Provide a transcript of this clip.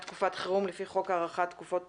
תקופת חירום לפי חוק הארכת תקופות